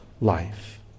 life